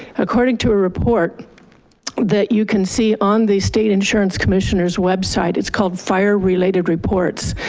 according to a report that you can see on the state insurance commissioner's website, it's called fire related reports,